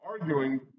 arguing